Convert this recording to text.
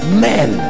men